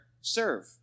serve